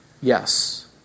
yes